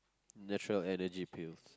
natural Energy Pills